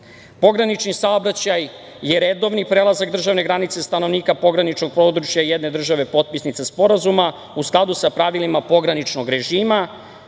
sporazuma. Pogranični saobraćaj je redovni prelazak državne granice stanovnika pograničnog područja jedne države potpisnice sporazuma u skladu sa pravilima pograničnog režima